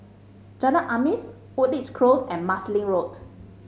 Jalan Azam's Woodleigh Close and Marsiling Road